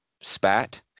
spat